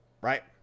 Right